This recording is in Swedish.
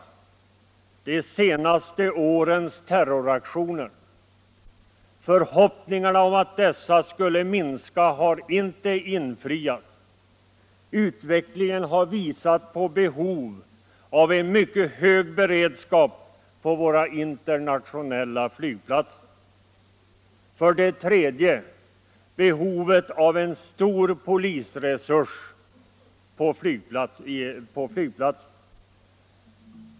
De senaste årens terroraktioner. Förhoppningarna om att dessa skulle minska har inte infriats. Utvecklingen har visat på behov av en mycket hög beredskap på våra internationella flygplatser. 3. Behovet av en stor polisresurs på flygplatserna.